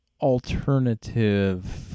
alternative